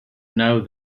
know